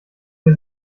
mir